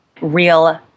real